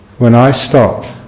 when i stopped,